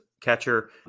catcher